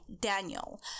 Daniel